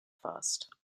fast